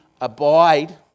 abide